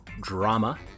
Drama